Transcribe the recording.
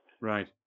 Right